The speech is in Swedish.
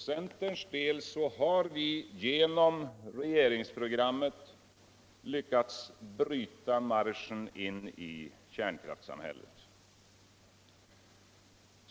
Centern har genom regermgsprogrammet Ilyckats bryta marsechen in i kärnkralftssamhället.